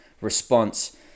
Response